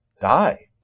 die